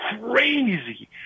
crazy